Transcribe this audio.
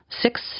six